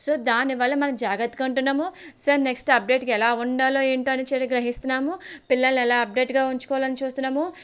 so దానివల్ల మనం జాగ్రత్తగా ఉంటున్నాము సో నెక్స్ట్ అప్డేట్కి ఎలా ఉండాలో ఏంటో అని చెడు గ్రహిస్తున్నాము పిల్లలని ఎలా అప్డేట్గా ఉంచుకోవాలో అని చూస్తున్నాము